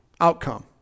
outcome